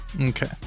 Okay